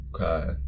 Okay